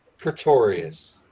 Pretorius